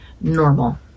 normal